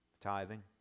Tithing